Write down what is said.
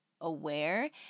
aware